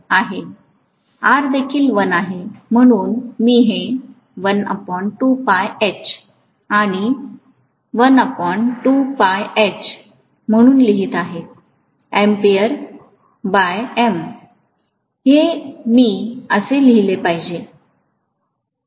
आणि I 1 आहे R देखील 1 आहे म्हणून मी हे h आणि h म्हणून लिहीत आहे हे मी असे लिहिले पाहिजे